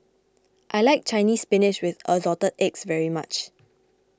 I like Chinese Spinach with Assorted Eggs very much